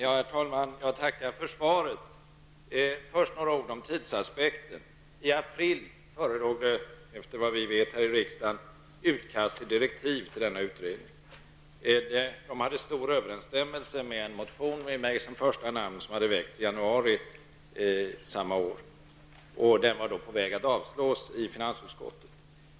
Herr talman! Jag tackar för svaret. Först några ord om tidsaspekten. I april förra året förelåg, efter vad vi vet i riksdagen, ett utkast till direktiv till denna utredning. Direktiven överensstämde med en motion med mig som första namn, vilken hade väckts i januari samma år. Motionen var på väg att avstyrkas i finansutskottet.